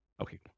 Okay